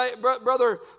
Brother